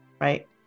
right